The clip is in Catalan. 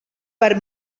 per